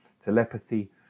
telepathy